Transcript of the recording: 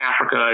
Africa